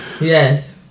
Yes